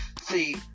see